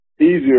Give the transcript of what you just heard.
easier